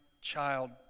child